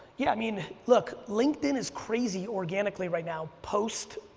yeah, i mean, look, linkedin is crazy organically right now. post,